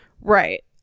Right